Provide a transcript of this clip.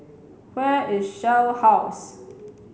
where is Shell House